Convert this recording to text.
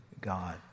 God